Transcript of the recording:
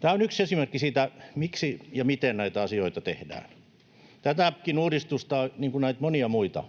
Tämä on yksi esimerkki siitä, miksi ja miten näitä asioita tehdään. Tätäkin uudistusta, niin kuin näitä monia muita,